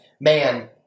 Man